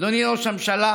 אדוני ראש הממשלה,